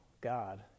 God